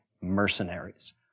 mercenaries